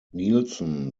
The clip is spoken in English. nilsen